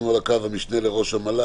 שהקניון מחליף אוויר לפחות שלוש פעמים ביום,